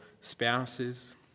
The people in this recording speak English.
spouses